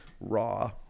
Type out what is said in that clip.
raw